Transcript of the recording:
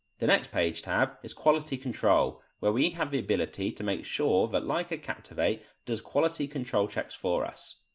the next page tab is quality control, where we have the ability to make sure that leica captivate does quality control checks for us.